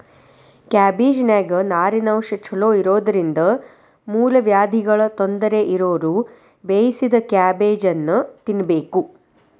ಕ್ಯಾಬಿಜ್ನಾನ್ಯಾಗ ನಾರಿನಂಶ ಚೋಲೊಇರೋದ್ರಿಂದ ಮೂಲವ್ಯಾಧಿಗಳ ತೊಂದರೆ ಇರೋರು ಬೇಯಿಸಿದ ಕ್ಯಾಬೇಜನ್ನ ತಿನ್ಬೇಕು